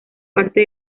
parte